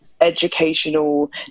educational